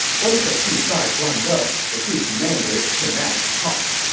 once the two sides lined up, the two commanders came out to talk.